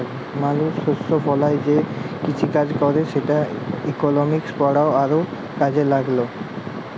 মালুস শস্য ফলায় যে কিসিকাজ ক্যরে সেটর ইকলমিক্স পড়া আরও কাজে ল্যাগল